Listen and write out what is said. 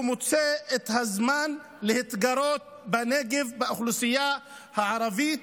הוא מוצא את הזמן להתגרות בנגב באוכלוסייה הערבית,